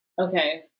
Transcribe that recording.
Okay